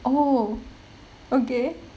oh okay